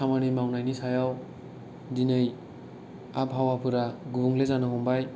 खामानि मावनायनि सायाव दिनै आबहावाफोरा गुबुंले जानो हमबाय